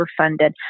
overfunded